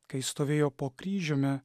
kai stovėjo po kryžiumi